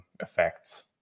effects